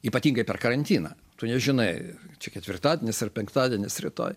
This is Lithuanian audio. ypatingai per karantiną tu nežinai čia ketvirtadienis ar penktadienis rytoj